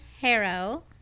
Harrow